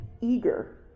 eager